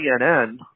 CNN